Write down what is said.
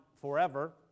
forever